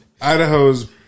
Idaho's